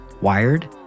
Wired